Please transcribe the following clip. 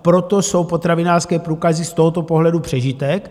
Proto jsou potravinářské průkazy z tohoto pohledu přežitek.